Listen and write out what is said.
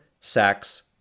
sex